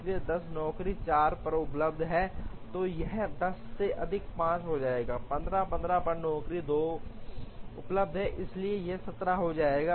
इसलिए 10 नौकरी 4 पर उपलब्ध है तो यह 10 से अधिक 5 हो जाएगा 15 15 पर नौकरी 2 उपलब्ध है इसलिए यह 17 हो जाएगा